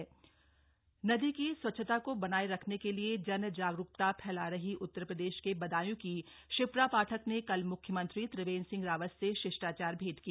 शिप्रा पाठक नदी की स्वच्छता को बनाये रखने के लिए जनजागरूकता फैला रहीं उत्तर प्रदेश के बदायूं की शिप्रा पाठक ने कल मुख्यमंत्री त्रिवेंद्र सिंह रावत से शिष्टाचार भेंट की